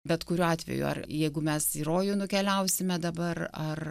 bet kuriuo atveju ar jeigu mes į rojų nukeliausime dabar ar